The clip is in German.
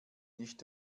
nicht